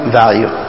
value